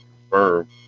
confirm